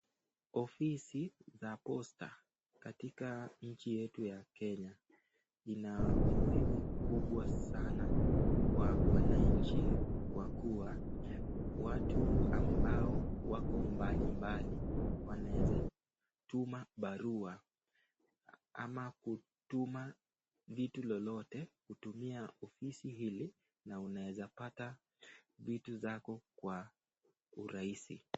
Ofisi za Posta katika nchi yetu ya Kenya ina umuhimu kubwa sana kwa wananchi ,kwa kuwa watu ambao wako mbali mbali wanaweza tuma barua ama kutuma vitu lolote kutumia ofisi hili na inaweza pata vitu zako kwa urahisi